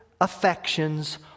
affections